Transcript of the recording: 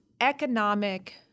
economic